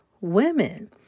women